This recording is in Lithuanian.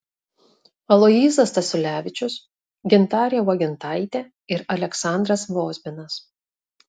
aloyzas stasiulevičius gintarė uogintaitė ir aleksandras vozbinas